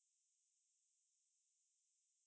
and a nuclear explosion happens